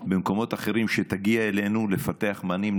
במקומות אחרים, שתגיע אלינו, לפתח מענים.